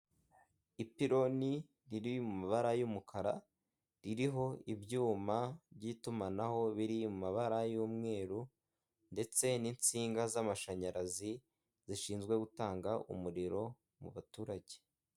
Ipironi riri mu mabara y'umukara ririho ibyuma by'itumanaho biri mu mabara y'umweru ndetse n'insinga z'amashanyarazi zishinzwe gutanga umuriro mu baturage.